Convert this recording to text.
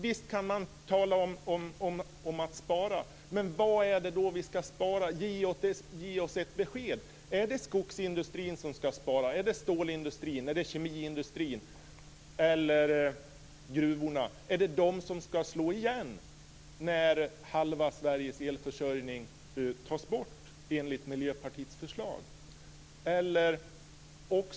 Visst går det att tala om att spara, men vad är det vi ska spara på? Ge oss ett besked! Är det skogsindustrin som ska spara? Är det stålindustrin? Är det kemiindustrin? Är det gruvorna? Är det de som ska slå igen när enligt Miljöpartiets förslag Sveriges halva elförsörjning tas bort?